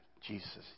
Jesus